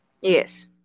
Yes